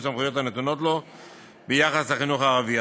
בסמכויות הנתונות לו ביחס לחינוך הערבי.